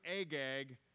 Agag